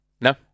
no